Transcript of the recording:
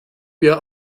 wir